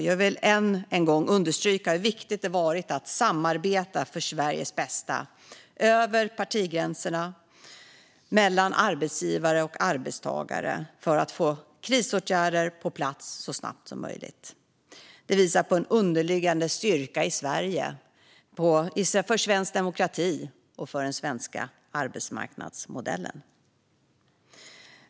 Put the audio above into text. Jag vill än en gång understryka hur viktigt det har varit att samarbeta för Sveriges bästa över partigränserna och mellan arbetsgivare och arbetstagare för att få krisåtgärder på plats så snabbt som möjligt. Det visar på en underliggande styrka i Sverige för svensk demokrati och för den svenska arbetsmarknadsmodellen.